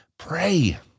pray